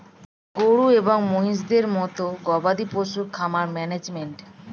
গরু এবং মহিষের মতো গবাদি পশুর খামার ম্যানেজমেন্ট